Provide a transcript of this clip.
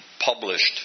published